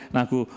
naku